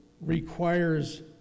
requires